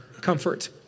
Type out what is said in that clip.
comfort